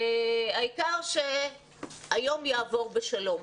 והעיקר שהיום יעבור בשלום.